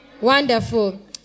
Wonderful